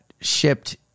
shipped